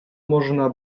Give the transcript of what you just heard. można